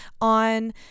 on